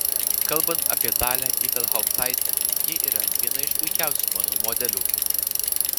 kalbant apie dalią ibelhauptaitę ji yra viena iš puikiausių mano modelių